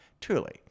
truly